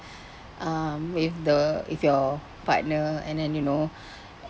um with the with your partner and then you know